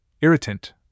irritant